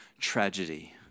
tragedy